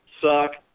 suck